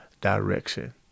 direction